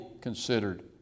considered